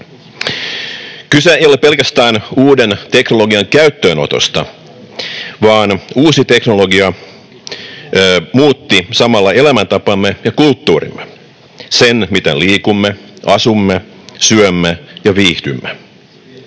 Kyse ei ole pelkästään uuden teknologian käyttöönotosta, vaan uusi teknologia muutti samalla elämäntapamme ja kulttuurimme, sen, miten liikumme, asumme, syömme ja viihdymme,